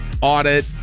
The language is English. audit